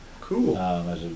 Cool